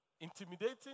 Intimidating